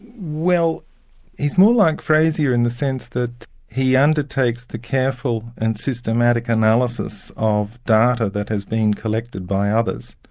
well he's more like frazer in the sense that he undertakes the careful and systematic analysis of data that has been collected by others.